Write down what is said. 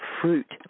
fruit